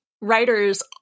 writers